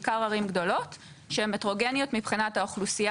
בעיקר ערים גדולות שהם הטרוגניות מבחינת האוכלוסייה